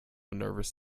nervous